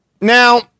Now